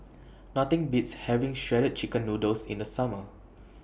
Nothing Beats having Shredded Chicken Noodles in The Summer